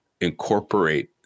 incorporate